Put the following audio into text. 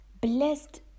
blessed